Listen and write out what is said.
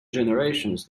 generations